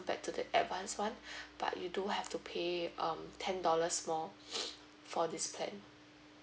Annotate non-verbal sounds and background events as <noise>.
to the advanced one but you do have to pay um ten dollar more <breath> for this plan